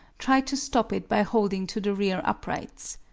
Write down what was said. tried to stop it by holding to the rear uprights.